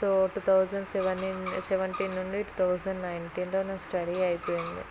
so two thousand seven seventeen నుండి two thousand నైన్టిలో నా స్టడీ అయిపోయింది